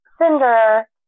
Cinder